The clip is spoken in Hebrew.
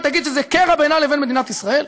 תגיד שזה קרע בינה לבין מדינת ישראל?